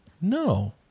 No